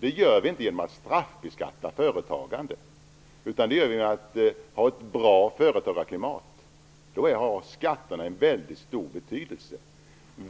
Det gör vi inte genom att straffbeskatta företagandet, utan det gör vi genom att ha ett bra företagarklimat. Då har skatterna en väldigt stor betydelse.